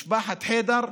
משפחת ח'אדר.